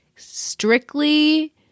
strictly